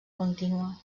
contínua